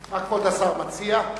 מה כבוד השר מציע?